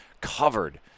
covered